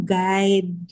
guide